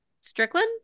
Strickland